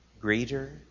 greater